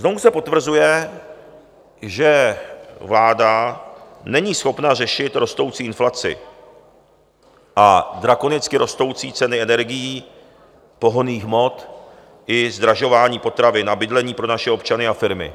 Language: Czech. Znovu se potvrzuje, že vláda není schopna řešit rostoucí inflaci a drakonicky rostoucí ceny energií pohonných hmot i zdražování potravin a bydlení pro naše občany a firmy.